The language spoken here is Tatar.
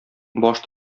баш